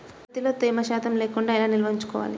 ప్రత్తిలో తేమ శాతం లేకుండా ఎలా నిల్వ ఉంచుకోవాలి?